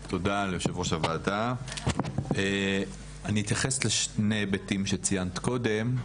אני אתייחס לשני היבטים שציינת קודם,